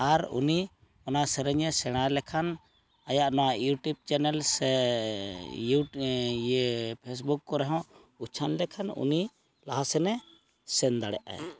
ᱟᱨ ᱩᱱᱤ ᱚᱱᱟ ᱥᱮᱨᱮᱧᱮ ᱥᱮᱬᱟ ᱞᱮᱠᱷᱟᱱ ᱟᱭᱟᱜ ᱱᱚᱣᱟ ᱤᱭᱩᱴᱤᱭᱩᱵᱽ ᱪᱮᱱᱮᱞ ᱥᱮ ᱤᱭᱟᱹ ᱯᱷᱮᱥᱵᱩᱠ ᱠᱚᱨᱮᱦᱚᱸ ᱩᱪᱷᱟᱹᱱ ᱞᱮᱠᱷᱟᱱ ᱩᱱᱤ ᱞᱟᱦᱟᱥᱮᱱᱮ ᱥᱮᱱ ᱫᱟᱲᱮᱭᱟᱜᱼᱟᱭ